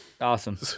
Awesome